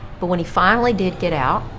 but when he finally did get out,